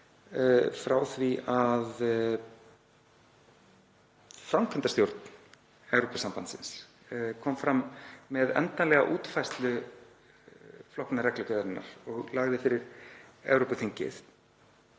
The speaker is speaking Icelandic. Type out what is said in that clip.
frá því að framkvæmdastjórn Evrópusambandsins kom fram með endanlega útfærslu flokkunarreglugerðarinnar og lagði fyrir Evrópuþingið.